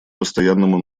постоянному